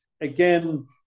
again